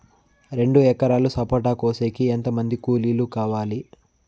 రెండు ఎకరాలు సపోట కోసేకి ఎంత మంది కూలీలు కావాలి?